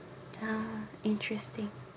ya interesting